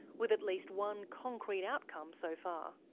with at least one concrete outcome so far.